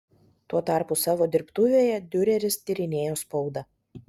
tuo tarpu savo dirbtuvėje diureris tyrinėjo spaudą